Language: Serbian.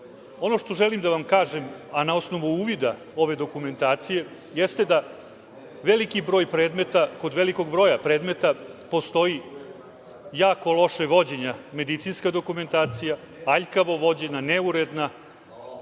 što želim da vam kažem, a na osnovu uvida ove dokumentacije, jeste da kod velikog broja predmeta postoji jako loše vođena medicinska dokumentacija, aljkavo vođena, neuredna,